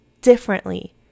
differently